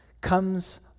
comes